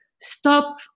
stop